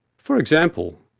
for example,